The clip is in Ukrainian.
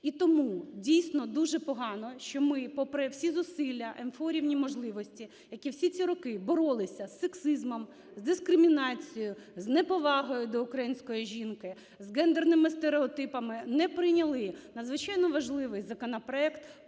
І тому, дійсно, дуже погано, що ми, попри всі зусилля МФО "Рівні можливості", які всі ці роки боролися з сексизмом, з дискримінацією, з неповагою до української жінки, з гендерними стереотипами, не прийняли надзвичайно важливий законопроект